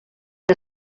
que